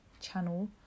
channel